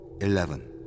Eleven